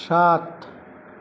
સાત